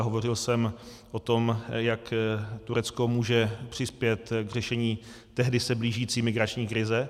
Hovořil jsem o tom, jak Turecko může přispět k řešení tehdy se blížící migrační krize.